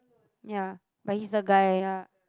ya but he's a guy ya